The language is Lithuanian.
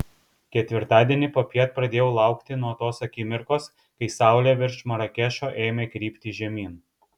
ketvirtadienį popiet pradėjau laukti nuo tos akimirkos kai saulė virš marakešo ėmė krypti žemyn